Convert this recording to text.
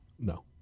No